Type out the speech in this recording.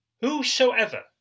Whosoever